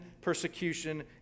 persecution